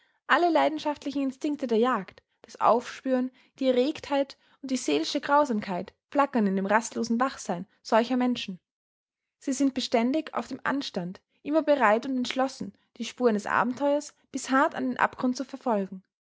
alle leidenschaftlichen instinkte der jagd das aufspüren die erregtheit und die seelische grausamkeit flackern in dem rastlosen wachsein solcher menschen sie sind beständig auf dem anstand immer bereit und entschlossen die spur eines abenteuers bis hart an den abgrund zu verfolgen